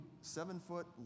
seven-foot